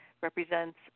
represents